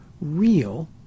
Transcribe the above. real